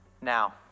Now